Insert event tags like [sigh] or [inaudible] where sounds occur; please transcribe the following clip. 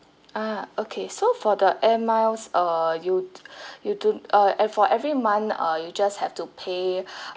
ah okay so for the air miles err you [breath] you do uh and for every month uh you just have to pay [breath]